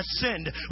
ascend